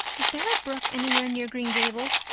is there a brook anywhere near green gables?